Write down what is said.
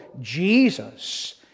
Jesus